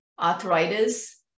arthritis